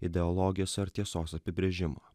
ideologijos ar tiesos apibrėžimo